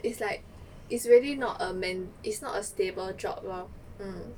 it's like it's really not a man~ is not a stable job lor mm